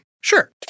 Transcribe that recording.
Sure